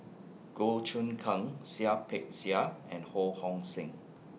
Goh Choon Kang Seah Peck Seah and Ho Hong Sing